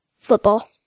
Football